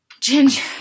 Ginger